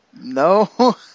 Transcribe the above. No